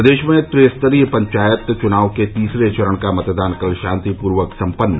प्रदेश में त्रिस्तरीय पंचायत चुनाव का तीसरे चरण का मतदान कल शांतिपूर्वक सम्पन्न